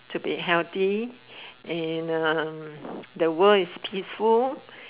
to be healthy and um the world is peaceful